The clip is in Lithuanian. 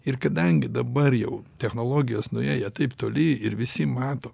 ir kadangi dabar jau technologijos nuėję taip toli ir visi mato